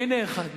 והנה אחד מהם.